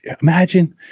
imagine